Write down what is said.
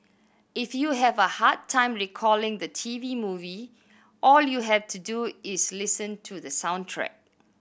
if you have a hard time recalling the T V movie all you have to do is listen to the soundtrack